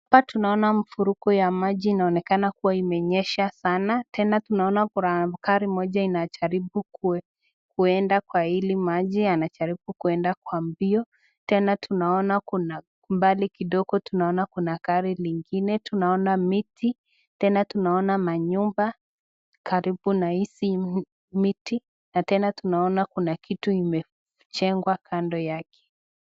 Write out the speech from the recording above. Hapa tunaona mfurogo wa maji. Inaonekana kua imenyesha sanaa. Tunaona kuna gari moja inajaribu kuenda kwa hili. Anajaribu kuenda kwa mbio. Tena tunaona kuna mbali kidogo tunaona kuna gari lingine, tunaona miti tena tunaona manyumba karibu na hizi miti. Na tena tunaona kuna kitu imejengwa kando yake.